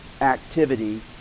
activity